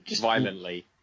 Violently